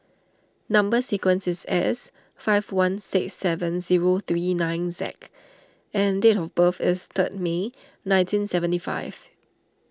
Number Sequence is S five one six seven zero three nine Z and date of birth is third May nineteen seventy five